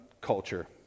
culture